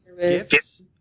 gifts